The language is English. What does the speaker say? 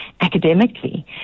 academically